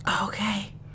Okay